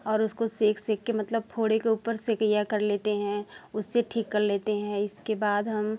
और उसको सेक सेक के मतलब फोड़े के ऊपर सिकाई कर लेते हैं उससे ठीक कर लेते हैं इसके बाद हम